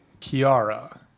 Kiara